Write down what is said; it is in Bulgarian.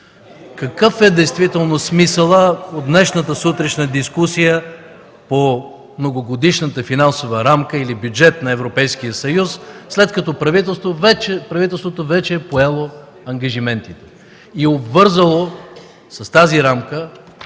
Какъв е действително смисълът от днешната сутрешна дискусия по Многогодишната финансова рамка или бюджет на Европейския съюз, след като правителството вече е поело ангажименти и е обвързало с тази рамка,